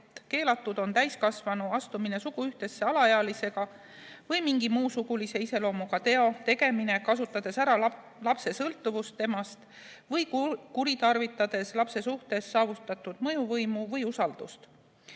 keelatud on täiskasvanu astumine suguühtesse alaealisega või mingi muu sugulise iseloomuga teo tegemine, kasutades ära lapse sõltuvust temast või kuritarvitades lapse suhtes saavutatud mõjuvõimu või usaldust.